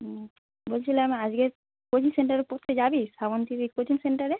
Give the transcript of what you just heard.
ও বলছিলাম আজকের কোচিং সেন্টারে পড়তে যাবি শ্রাবন্তীদির কোচিং সেন্টারে